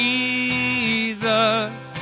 Jesus